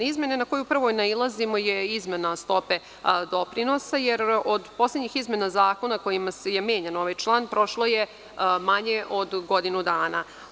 Izmena na koju prvo nailazimo je izmena stope doprinosa, jer od poslednjih izmena Zakona kojima je menjan ovaj član prošlo je manje od godinu dana.